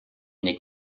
wenig